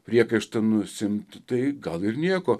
priekaištą nusiimt tai gal ir nieko